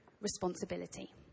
responsibility